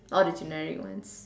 all the generic ones